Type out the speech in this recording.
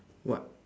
what